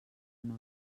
nou